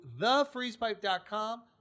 thefreezepipe.com